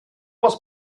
was